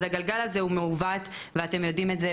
אז הגלגל הזה הוא מעוות ואתם יודעים את זה,